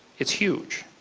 it's huge.